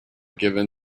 given